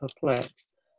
perplexed